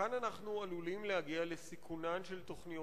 כאן אנחנו עלולים להגיע לסיכונן של תוכניות